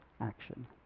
action